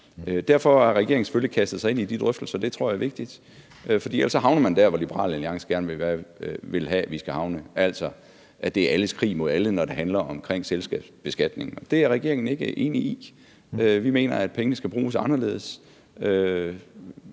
Derfor har regeringen selvfølgelig kastet sig ind i de drøftelser, og det tror jeg er vigtigt, for ellers havner man der, hvor Liberal Alliance gerne vil have at vi skal havne, altså at det er alles krig mod alle, når det handler om selskabsbeskatning. Og det er regeringen ikke enig i; vi mener, at pengene skal bruges anderledes.